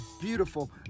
beautiful